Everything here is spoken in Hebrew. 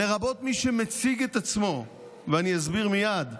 לרבות מי שמציג את עצמו, ואני אסביר מייד,